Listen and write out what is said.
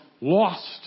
lost